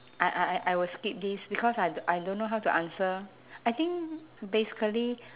I I I I will skip this because I d~ I don't know how to answer I think basically